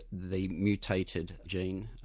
the mutated gene,